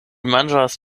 manĝas